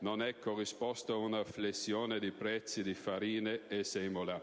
non è corrisposta una flessione dei prezzi di farine e semola;